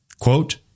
Quote